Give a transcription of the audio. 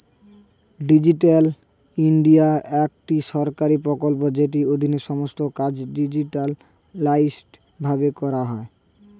digital India একটি সরকারি প্রকল্প যেটির অধীনে সমস্ত কাজ ডিজিটালাইসড ভাবে করা হয়